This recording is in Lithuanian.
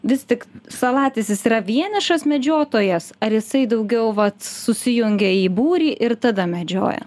vis tik salatis jis yra vienišas medžiotojas ar jisai daugiau vat susijungia į būrį ir tada medžioja